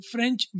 French